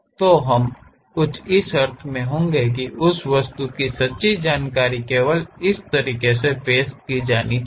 तो हम कुछ इस अर्थ में होंगे कि उस वस्तु की सच्ची जानकारी केवल इसतरीके से पेश की जानी चाहिए